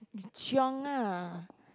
chiong ah